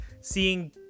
seeing